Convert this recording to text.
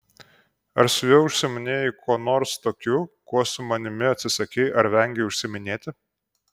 ar su juo užsiiminėjai kuo nors tokiu kuo su manimi atsisakei ar vengei užsiiminėti